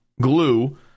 glue